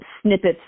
snippets